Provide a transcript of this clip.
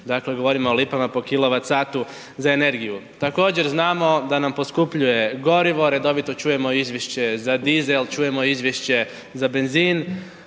dakle, govorimo o lipama po kwh za energiju. Također znamo da nam poskupljuje gorivo, redovito čujemo izvješće za dizel, čujemo izvješće za benzin,